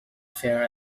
fair